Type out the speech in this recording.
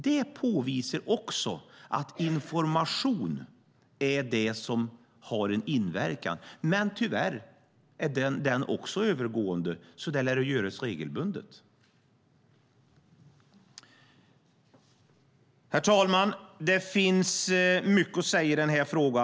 De påvisar också att information är det som har en inverkan. Men tyvärr är också den övergående, så den lär man behöva ge regelbundet. Herr talman! Det finns mycket att säga i denna fråga.